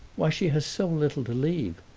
why, she has so little to leave.